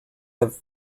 have